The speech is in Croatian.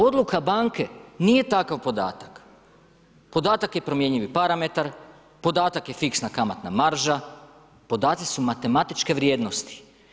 Odluka banke nije takav podatak, podatak je promjenjivi parametar, podatak je fiksna kamatna marža, podaci su matematičke vrijednosti.